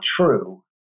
true